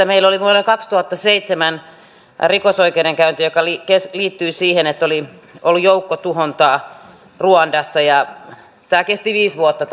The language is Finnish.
meillä oli vuonna kaksituhattaseitsemän rikosoikeudenkäynti joka liittyi siihen että oli ollut joukkotuhontaa ruandassa ja tämä oikeudenkäynti kesti viisi vuotta